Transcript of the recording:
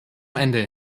ende